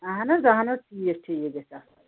اہن حظ اہن حظ ٹھیٖک ٹھیٖک گژھِ اَصٕل